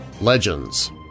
legends